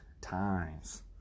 times